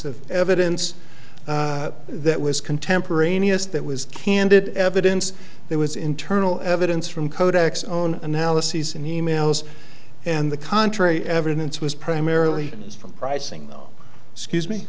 of evidence that was contemporaneous that was candid evidence there was internal evidence from kodak's own analyses and e mails and the contrary evidence was primarily from pricing no excuse me